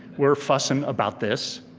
we're fussing about this?